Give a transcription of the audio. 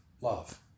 love